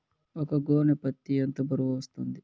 ఒక గోనె పత్తి ఎంత బరువు వస్తుంది?